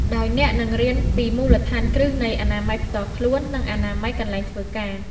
ដោយអ្នកនឹងរៀនពីមូលដ្ឋានគ្រឹះនៃអនាម័យផ្ទាល់ខ្លួន និងអនាម័យកន្លែងធ្វើការ។